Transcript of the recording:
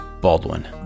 Baldwin